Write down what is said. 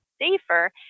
safer